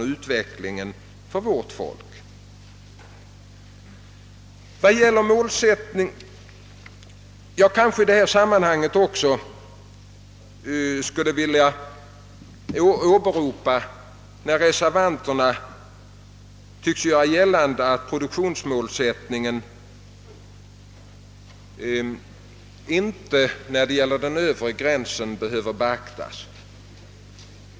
Jag skulle i detta sammanhang vilja ta upp den punkt i reservationen, där reservanterna tycks vilja göra gällande att den föreslagna övre gränsen för vår jordbruksproduktion inte behöver beaktas.